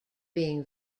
being